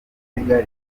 kigali